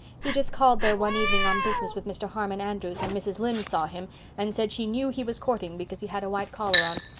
he just called there one evening on business with mr. harmon andrews and mrs. lynde saw him and said she knew he was courting because he had a white collar on.